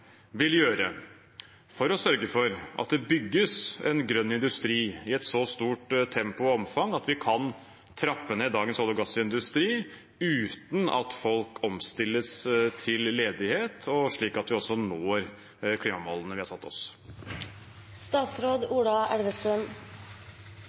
gjøre for å sørge for at det bygges en grønn industri i et så stort tempo og omfang at vi kan trappe ned dagens olje- og gassindustri uten at folk omstilles til ledighet, og slik at vi også når klimamålene vi har satt